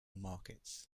markets